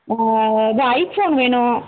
இது iPhone வேணும்